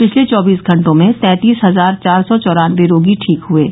पिछले चौबीस घंटों में तैतीस हजार चार सौ चौरानवे रोगी ठीक हुए हैं